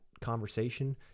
conversation